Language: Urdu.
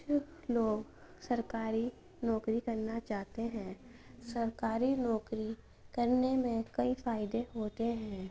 کچھ لوگ سرکاری نوکری کرنا چاہتے ہیں سرکاری نوکری کرنے میں کئی فائدے ہوتے ہیں